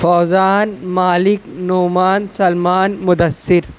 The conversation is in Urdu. فوزان مالک نعمان سلمان مدثر